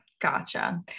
Gotcha